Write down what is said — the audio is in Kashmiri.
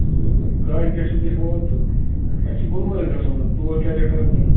تُہۍ ؤنۍتو گاڑِ کیٛاہ چھُ تُہۍ ہٮ۪وان تہٕ اَسہِ چھُ گُلمَرٕگ گژھُن حظ تور کیٛاہ ریٹَاہ ویٹاہ